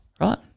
Right